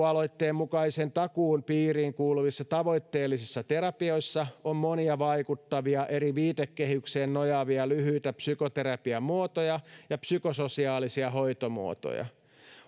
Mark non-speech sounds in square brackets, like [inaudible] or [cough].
[unintelligible] aloitteen mukaisen takuun piiriin kuuluvissa tavoitteellisissa terapioissa on monia vaikuttavia eri viitekehyksiin nojaavia lyhyitä psykoterapiamuotoja ja psykososiaalisia hoitomuotoja